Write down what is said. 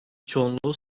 çoğunluğu